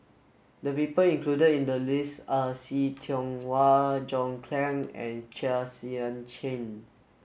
the people included in the list are See Tiong Wah John Clang and Chua Sian Chin